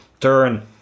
turn